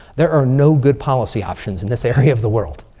there are no good policy options in this area of the world.